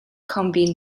convene